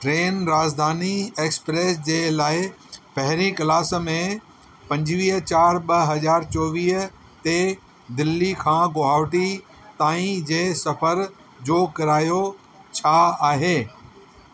train Rajdhani express जे लाइ पहिरीं क्लास में पंजवीह चार ॿ हज़ार चोवीह ते दिल्ली खां गुहाटी ताईं जे सफ़र जो किरायो छा आहे